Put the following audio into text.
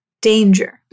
danger